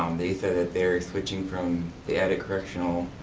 um they said they're switching from the attic correctional,